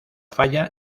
falla